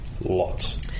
Lots